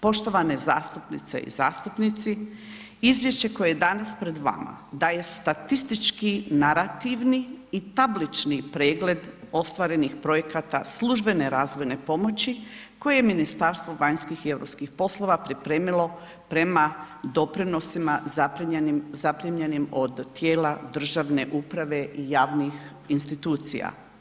Poštovane zastupnice i zastupnici, izvješće koje je danas pred vama daje statistički narativni i tablični pregled ostvarenih projekata službene razvojne pomoći koje je Ministarstvo vanjskih i europskih poslova pripremilo prema doprinosima zaprimljenim od tijela državne uprave i javnih institucija.